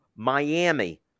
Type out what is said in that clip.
Miami